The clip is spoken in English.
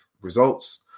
results